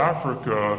Africa